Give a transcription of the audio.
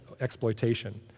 exploitation